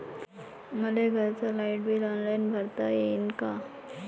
मले घरचं light bill online भरता येईन का?